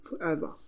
forever